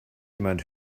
jemand